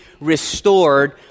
restored